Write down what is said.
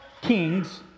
kings